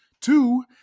Two